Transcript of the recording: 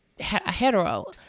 hetero